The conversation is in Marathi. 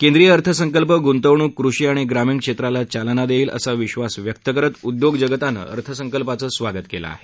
केंद्रीय अर्थसंकल्प गुंतवणूक कृषी आणि ग्रामीण क्षेत्राला चालना देईल असा विश्वास व्यक्त करत उद्योग जगतानं अर्थसंकल्पाचं स्वागत केलं आहे